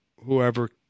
whoever